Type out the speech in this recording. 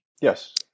Yes